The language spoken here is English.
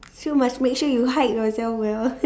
so must make sure you hide yourself well